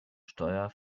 steuer